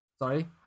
Sorry